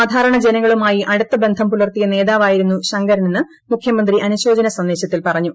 സാധാരണ ജനങ്ങളുമായി അടുത്ത ബന്ധം പുലർത്തിയ നേതാവായിരുന്നു ശങ്കരനെന്ന് മുഖ്യമന്ത്രി അനുശോചന സന്ദേശത്തിൽ പറഞ്ഞു